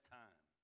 time